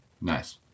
Nice